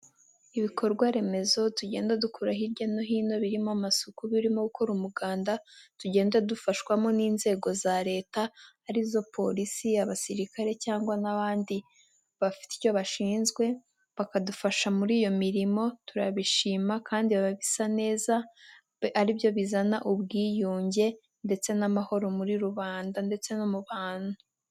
Ibikorwaremezo tugenda dukora hirya no hino birimo amasuku, birimo gukora umuganda tugenda dufashwamo n'inzego za Leta arizo polisi, abasirikare cyangwa n'abandi bafite icyo bashinzwe bakadufasha muri iyo mirimo, turabishima kandi biba bisa neza aribyo bizana ubwiyunge ndetse n'amahoro muri rubanda ndetse no mu bantu.